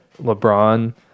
LeBron